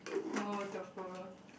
oh tofu